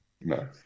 No